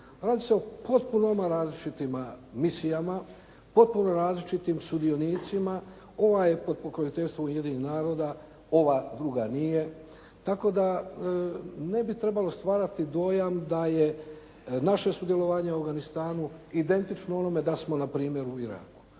Radi se o potpunoma različitima misijama, potpuno različitim sudionicima. Ovaj je pod pokroviteljstvom Ujedinjenih naroda, ova druga nije. Tako da ne bi trebalo stvarati dojam da je naše sudjelovanje u Afganistanu identično onome da smo na primjer u Iraku.